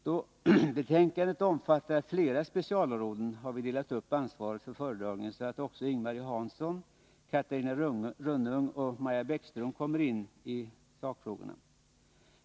Då betänkandet omfattar flera specialområden har vi delat upp ansvaret för föredragningen så att också Ing-Marie Hansson, Catarina Rönnung och Maja Bäckström kommer in på sakfrågorna.